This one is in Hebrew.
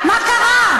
מה קרה?